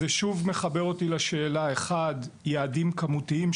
זה שוב מחבר אותי לשאלה יעדים כמותיים,